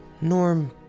Norm